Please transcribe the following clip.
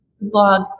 blog